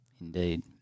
Indeed